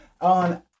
on